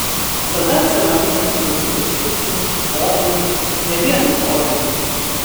tada atsiranda įdomių diskusijų pokalbių ne vien euforija